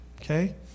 Okay